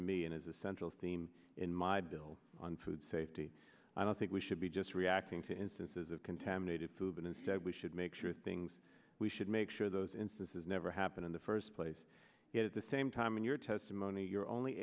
to me and is a central theme in my bill on food safety i don't think we should be just reacting to instances of contaminated food but instead we should make sure things we should make sure those instances never happen in the first place at the same time in your testimony you're only